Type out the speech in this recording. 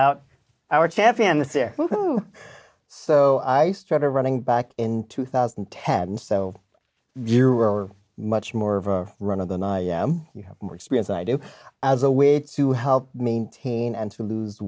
seer so i started running back in two thousand and ten so you are much more of a run of than i am you have more experience than i do as a way to help me teen and to lose